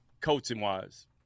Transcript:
coaching-wise